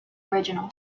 original